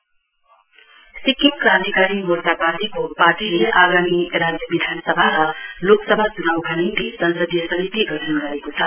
SKM Sikkim Krantikari Morcha पार्टीले आगामी राज्य विधानसभा र लोकसभा चुनाउका निम्ति संसदीय समिति गठन गरेको छ